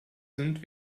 sind